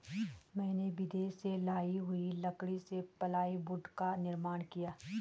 मैंने विदेश से लाई हुई लकड़ी से प्लाईवुड का निर्माण किया है